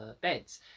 beds